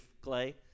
clay